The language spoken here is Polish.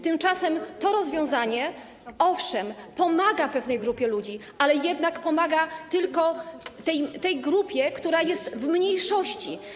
Tymczasem to rozwiązanie, owszem, pomaga pewnej grupie ludzi, ale jednak pomaga tylko tej grupie, która jest w mniejszości.